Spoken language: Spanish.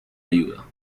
ayuda